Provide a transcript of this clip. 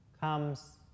comes